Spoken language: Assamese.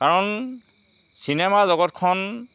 কাৰণ চিনেমা জগতখন